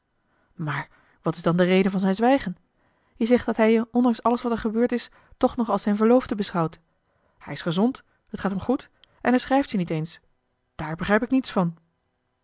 maar wat is dan de reden van zijn zwijgen je zegt dat hij je ondanks alles wat er gebeurd is toch nog als zijne verloofde beschouwt hij is gezond het gaat hem goed en hij schrijft je niet eens daar begrijp ik niets van